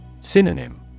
Synonym